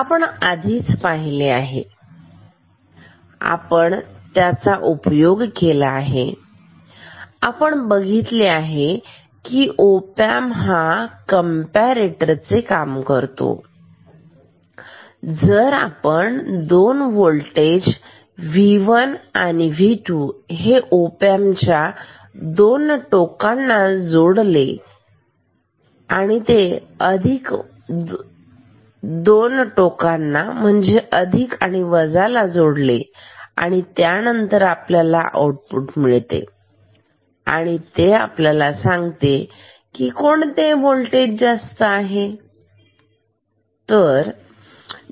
आपण आधीच पाहिले आहे आपण त्यांचा उपयोग केला आहे आपण बघितले आहे की ओपॅम्प हा कॅम्पारेटरचे काम करतो जर आपण दोन होल्टेज V1 आणि V2 हे ओपॅम्प च्या दोन टोकांना ओपॅम्प जोडले अधिक आणि वजा ला जोडले त्यानंतर आपल्याला आउटपुट मिळते आणि ते आपल्याला सांगते की कोणते होल्टेज जास्त आहे